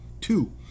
Two